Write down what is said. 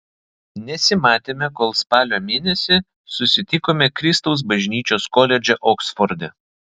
nesimatėme kol spalio mėnesį susitikome kristaus bažnyčios koledže oksforde